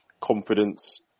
confidence